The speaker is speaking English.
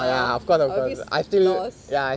I feel I a bit lost